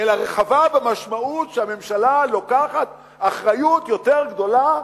אלא רחבה במשמעות שהממשלה לוקחת אחריות יותר גדולה